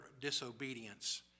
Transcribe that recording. disobedience